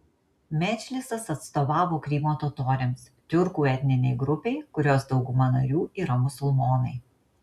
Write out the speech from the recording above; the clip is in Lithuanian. medžlisas atstovavo krymo totoriams tiurkų etninei grupei kurios dauguma narių yra musulmonai